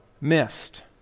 missed